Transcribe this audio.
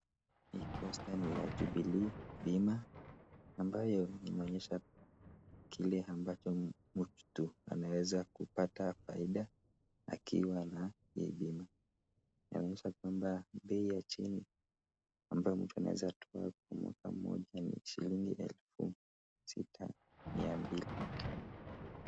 Hii posta ni ya Jubilee , ambayo inaonyesha kile ambapo mtu anaweza kupata faida akiwemo. Kuonesha kwamba bei ya chini mtu anaweza toa kwa mwaka moja ni shilingi elfu sita, mia mbili.